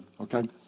Okay